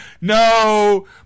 no